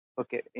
Okay